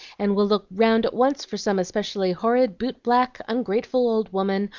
and will look round at once for some especially horrid boot-black, ungrateful old woman,